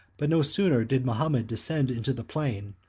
but no sooner did mahomet descend into the plain,